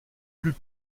plus